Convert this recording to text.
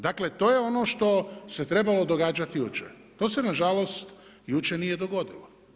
Dakle, to je ono što se trebalo događati jučer, to se nažalost jučer nije dogodilo.